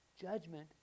judgment